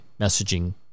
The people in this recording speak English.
messaging